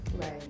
Right